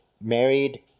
married